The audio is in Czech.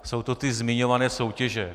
Jsou to ty zmiňované soutěže.